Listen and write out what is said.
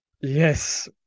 Yes